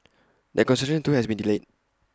that construction too has been delayed